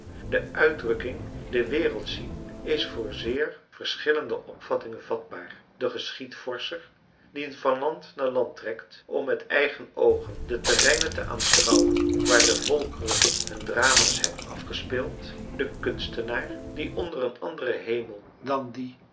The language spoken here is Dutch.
de uitdrukking de wereld zien is voor zeer verschillende opvattingen vatbaar de geschiedvorscher die van land naar land trekt om met eigen oogen de terreinen te aanschouwen waar de volkeren hunne drama's hebben afgespeeld de kunstenaar die onder een anderen hemel dan dien